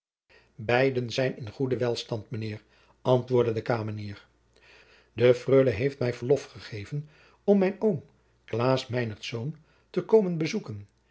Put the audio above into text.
beiden zijn in goeden welstand mijnheer antwoordde de kamenier de freule heeft mij verlof gegeven om mijn oom klaas meinertz te komen bezoeken